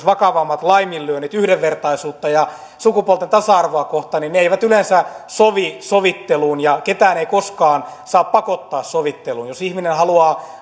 vakavammat laiminlyönnit yhdenvertaisuutta ja sukupuolten tasa arvoa kohtaan eivät yleensä sovi sovitteluun ja ketään ei koskaan saa pakottaa sovitteluun jos ihminen haluaa